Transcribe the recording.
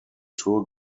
tour